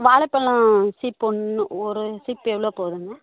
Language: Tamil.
வாழைப்பழம் சீப்பு ஒன்று ஒரு சீப்பு எவ்வளோ போகுதுங்க